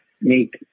make